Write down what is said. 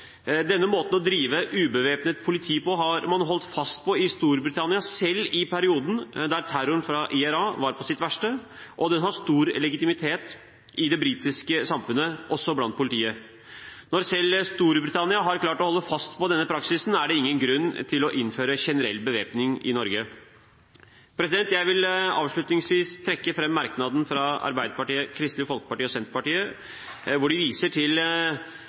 Denne måten å drive ubevæpnet politi på har man holdt fast ved i Storbritannia selv i perioden da terroren fra IRA var på sitt verste, og den har stor legitimitet i det britiske samfunnet, også i politiet. Når selv Storbritannia har klart å holde fast ved denne praksisen, er det ingen grunn til å innføre generell bevæpning i Norge. Jeg vil avslutningsvis trekke fram merknaden fra Arbeiderpartiet, Kristelig Folkeparti og Senterpartiet, der de viser til